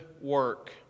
work